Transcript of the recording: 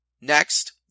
Next